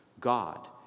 God